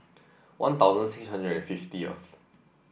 One Thousand six hundred and fiftieth